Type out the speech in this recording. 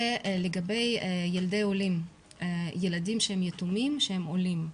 לגבי ילדי עולים, ילדים שהם יתומים שהם עולים,